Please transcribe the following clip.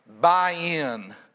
buy-in